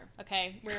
okay